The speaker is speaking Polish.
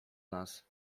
nas